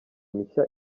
mishya